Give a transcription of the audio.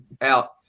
out